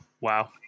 Wow